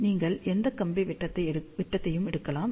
நீங்கள் எந்த கம்பி விட்டத்தையும் எடுக்கலாம்